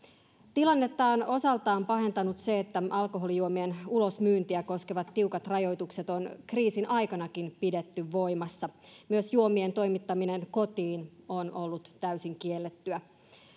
tilannetta on osaltaan pahentanut se että alkoholijuomien ulosmyyntiä koskevat tiukat rajoitukset on kriisin aikanakin pidetty voimassa myös juomien toimittaminen kotiin on ollut täysin kiellettyä